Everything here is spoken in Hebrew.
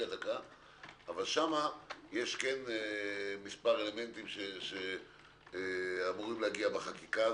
אבל שם יש כן מספר אלמנטים שאמורים להגיע בחקיקה הזאת.